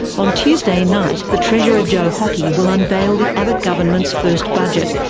on tuesday night the treasurer joe hockey will unveil the abbott government's first budget,